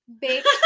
baked